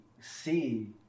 see